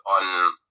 on